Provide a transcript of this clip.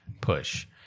push